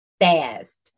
fast